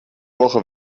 woche